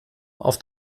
auf